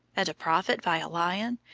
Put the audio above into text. and a prophet by a lion,